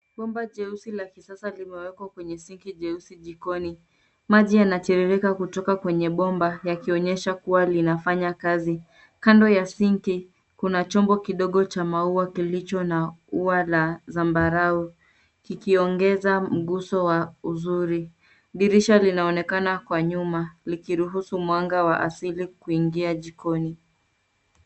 Bomba jeusi la kisasa limewekwa kwenye sinki jeusi jikoni. Maji yanatiririka kutoka kwenye bomba yakionyesha kuwa linafanya kazi. Kando ya sinki kuna chombo kidogo cha maua kilicho na ua la zambarau, kikiongeza mguso wa uzuri. Dirisha linaonekana kwa nyuma likiruhusu mwanga wa asili kuingia jikoni.